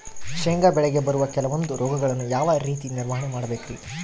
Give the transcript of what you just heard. ಶೇಂಗಾ ಬೆಳೆಗೆ ಬರುವ ಕೆಲವೊಂದು ರೋಗಗಳನ್ನು ಯಾವ ರೇತಿ ನಿರ್ವಹಣೆ ಮಾಡಬೇಕ್ರಿ?